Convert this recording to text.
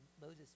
Moses